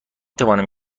توانم